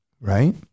right